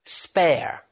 spare